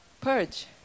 purge